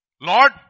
Lord